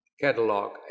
catalog